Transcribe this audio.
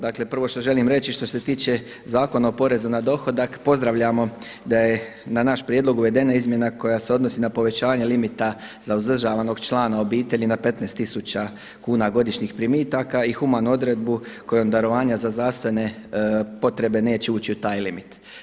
Dakle, prvo što želim reći što se tiče Zakona o porezu na dohodak pozdravljamo da je naš prijedlog uvedena izmjena koja se odnosi na povećanje limita za uzdržavanog člana obitelji na 15000 kuna godišnjih primitaka i humanu odredbu kojom darovanja za zdravstvene potrebe neće ući u taj limit.